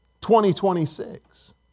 2026